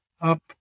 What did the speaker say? up